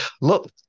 look